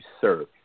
serve